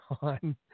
on